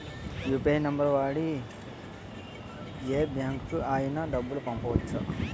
UPI number వాడి యే బ్యాంకుకి అయినా డబ్బులు పంపవచ్చ్చా?